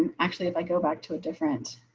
actually, if i go back to a different